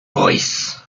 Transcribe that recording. boys